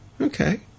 Okay